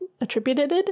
attributed